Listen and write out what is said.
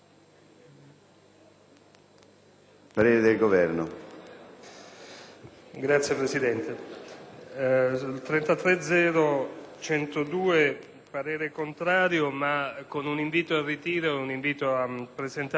parere del Governo